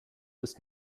ist